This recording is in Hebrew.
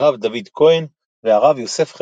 הרב דוד כהן והרב יוסף חברוני.